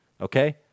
okay